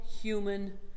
human